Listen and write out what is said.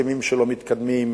הסכמים שלא מתקדמים,